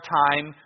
time